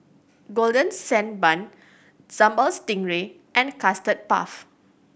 Golden Sand Bun Sambal Stingray and Custard Puff